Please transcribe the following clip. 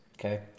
okay